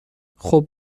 خوب